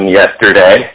yesterday